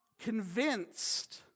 convinced